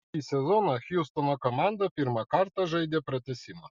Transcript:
šį sezoną hjustono komanda pirmą kartą žaidė pratęsimą